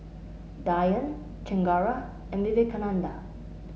Dhyan Chengara and Vivekananda